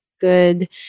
good